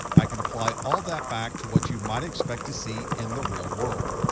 i can apply all that back to what you might expect to see in the real world.